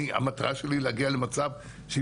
גם